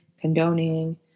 condoning